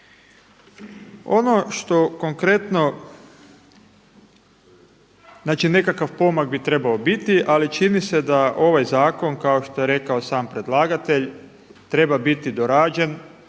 Ono što konkretno znači nekakav pomak bi trebao biti ali čini se da ovaj zakon kao što je rekao sam predlagatelj treba biti dorađen.